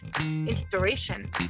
inspiration